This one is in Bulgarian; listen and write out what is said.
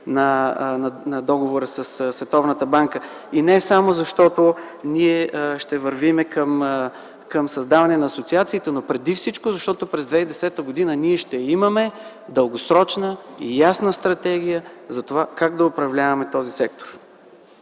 Световната банка, и не само, защото ние ще вървим към създаване на асоциациите, но преди всичко, защото през 2010 г. ние ще имаме дългосрочна и ясна стратегия за това как да управляваме този сектор.